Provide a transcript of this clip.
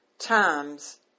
Times